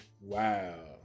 Wow